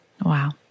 Wow